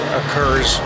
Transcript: occurs